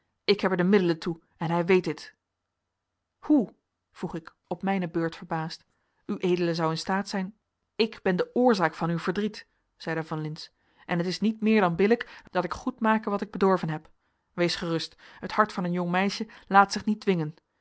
ik heb er de middelen toe en hij weet dit hoe vroeg ik op mijne beurt verbaasd ued zou in staat zijn ik ben de oorzaak van uw verdriet zeide van lintz en het is niet meer dan billijk dat ik goedmake wat ik bedorven heb wees gerust het hart van een jong meisje laat zich niet dwingen